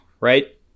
right